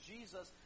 Jesus